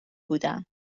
بودم